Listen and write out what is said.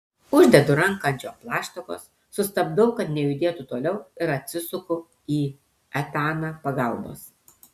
uždedu ranką ant jo plaštakos sustabdau kad nejudėtų toliau ir atsisuku į etaną pagalbos